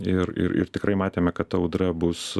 ir ir ir tikrai matėme kad ta audra bus